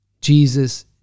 Jesus